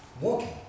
walking